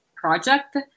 project